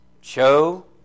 show